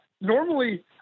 normally